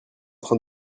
train